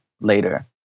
later